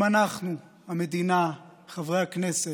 אם אנחנו, המדינה, חברי הכנסת,